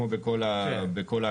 כמו בכל הענפים.